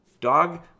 Dog